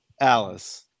alice